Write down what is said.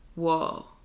Whoa